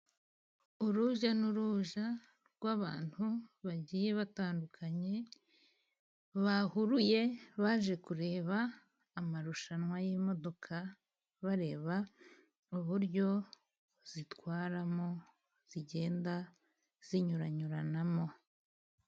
Urujya n'uruza rw'abantu bagiye batandukanye bahuruye baje kureba amarushanwa y'imodoka bareba uburyo zitwaramo, zigenda zinyuranyuranamo.